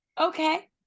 okay